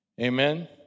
Amen